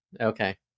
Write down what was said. Okay